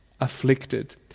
afflicted